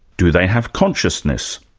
do they have consciousness?